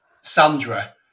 Sandra